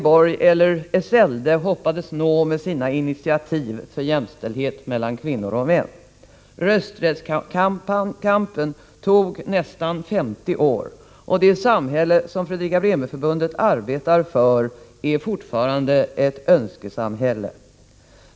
Borg eller Esselde hoppades nå med sina initiativ för jämställdheten mellan kvinnor och män. Rösträttskampen tog nästan 50 år, och det samhälle som Fredrika-Bremer-Förbundet arbetar för är fortfarande ett önskesamhälle.